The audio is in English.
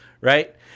right